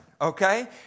okay